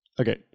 Okay